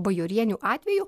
bajorienių atveju